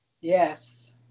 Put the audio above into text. Yes